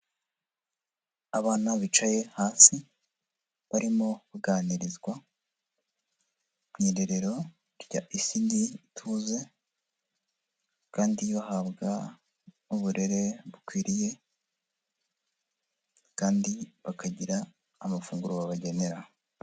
Abana bicaye hasi, barimo kuganirizwa, mu irerero rya ECD Ituze, kandi bahabwa n'uburere bukwiriye, kandi bakagira amafunguro babagenera.